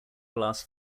glass